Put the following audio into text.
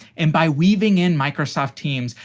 and by weaving in microsoft teams,